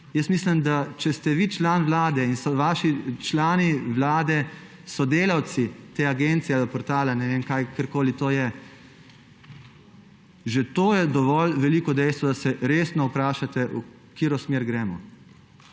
mislim, če ste vi član vlade in so vaši člani vlade sodelavci te agencije, portala ali karkoli to je, že to je dovolj veliko dejstvo, da se resno vprašajte, v katero smer gremo.